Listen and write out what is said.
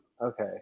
okay